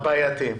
-- הבעייתיים.